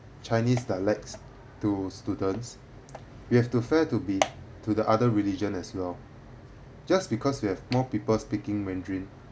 chinese dialects to students we have to fair to be to the other religion as well just because we have more people speaking mandarin